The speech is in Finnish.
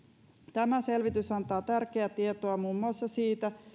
tämä selvitys antaa tärkeää tietoa muun muassa siitä